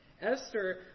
Esther